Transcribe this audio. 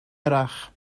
hirach